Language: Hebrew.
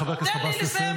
לחבר הכנסת עבאס לסיים.